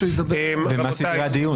ומה סדרי הדיון?